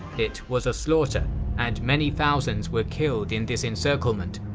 it was a slaughter and many thousands were killed in this encirclement,